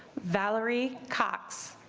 valerie cox